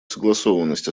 согласованность